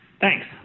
Thanks